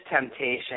temptation